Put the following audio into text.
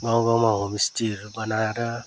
गाउँ गाउँमा होमस्टेहरू बनाएर